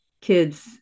kids